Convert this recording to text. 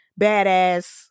badass